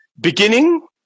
beginning